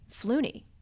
Flooney